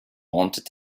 wanted